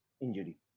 injury